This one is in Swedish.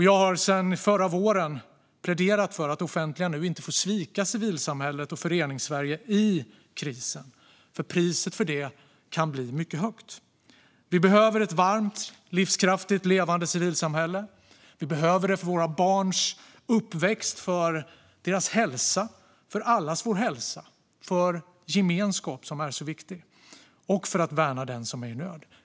Jag har sedan förra våren pläderat för att det offentliga nu inte får svika civilsamhället och Föreningssverige i krisen, för priset för det kan bli mycket högt. Vi behöver ett varmt, livskraftigt och levande civilsamhälle. Vi behöver det för våra barns uppväxt, för deras hälsa - för allas vår hälsa - och för gemenskap, som är så viktigt. Och vi behöver det för att värna den som är i nöd.